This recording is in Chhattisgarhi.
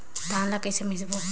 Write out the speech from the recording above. धान ला कइसे मिसबो?